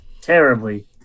terribly